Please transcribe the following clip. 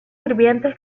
sirvientes